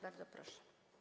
Bardzo proszę.